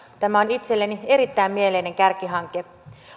on itselleni erittäin mieleinen kärkihanke